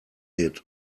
hid